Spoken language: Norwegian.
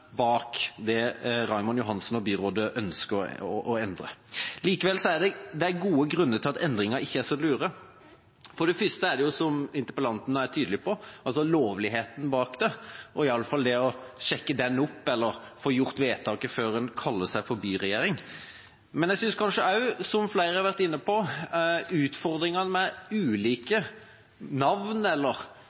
bak det Raymond Johansen og byrådet ønsker å endre. Likevel er det gode grunner til at endringene ikke er så lure. For det første er det det som interpellanten er tydelig på, nemlig lovligheten av det, og at man i alle fall bør sjekke det og få gjort vedtaket før en kaller seg en byregjering. Jeg synes også – som flere har vært inne på – at utfordringen med ulike navn